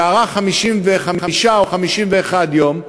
שארך 55 או 51 יום,